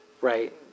Right